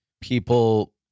people